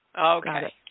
Okay